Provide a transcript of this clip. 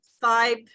five